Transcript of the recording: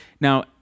now